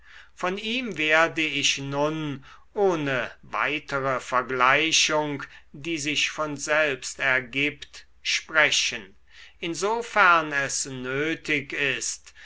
von ihm werde ich nun ohne weitere vergleichung die sich von selbst ergibt sprechen insofern es nötig ist